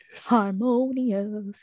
harmonious